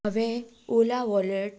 हांवें ओला वॉलेट